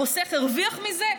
החוסך הרוויח מזה.